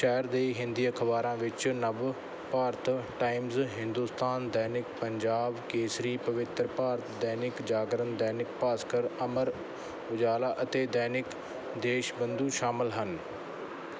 ਸ਼ਹਿਰ ਦੇ ਹਿੰਦੀ ਅਖ਼ਬਾਰਾਂ ਵਿੱਚ ਨਵਭਾਰਤ ਟਾਈਮਜ਼ ਹਿੰਦੁਸਤਾਨ ਦੈਨਿਕ ਪੰਜਾਬ ਕੇਸਰੀ ਪਵਿੱਤਰ ਭਾਰਤ ਦੈਨਿਕ ਜਾਗਰਣ ਦੈਨਿਕ ਭਾਸਕਰ ਅਮਰ ਉਜਾਲਾ ਅਤੇ ਦੈਨਿਕ ਦੇਸ਼ ਬੰਧੂ ਸ਼ਾਮਲ ਹਨ